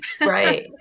right